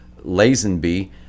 Lazenby